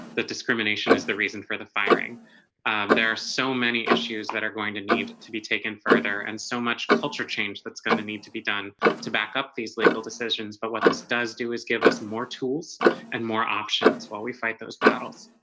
the discrimination is the reason for the firing there are so many issues that are going to need to be taken further and so much culture change that's going to need to be done to back up these legal to says but what this does do is give us more tools and more options while we fight those battles